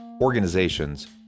organizations